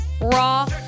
raw